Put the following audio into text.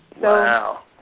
Wow